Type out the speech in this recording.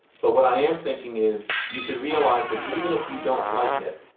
but what i am thinking is, you should realize that even if you don't like it,